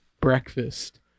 breakfast